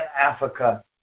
Africa